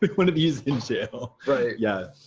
but one of you's in jail? right. yeah.